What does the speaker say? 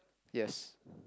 yes